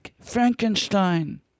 Frankenstein